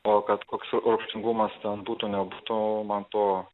o kad koks rūgštingumas ten būtų nebūtų man to